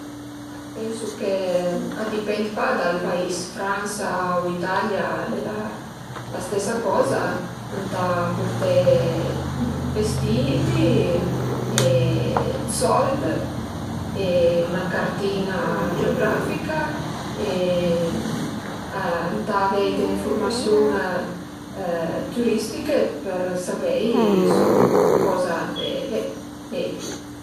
Ma pensu che a dipend pa dal pais: Fransa o Italia al e la stesa coza, ëntà purté d'vestiti e d'sold e üna cartin-a geografica e ëntà avei d'enfurmasiun türistiche për savei soch coza andé veddi